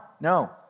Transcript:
no